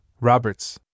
Roberts